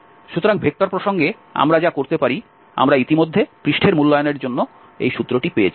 সুতরাং ভেক্টর প্রসঙ্গে আমরা যা করতে পারি আমরা ইতিমধ্যে পৃষ্ঠের মূল্যায়নের জন্য এই সূত্রটি পেয়েছি